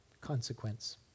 Consequence